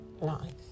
life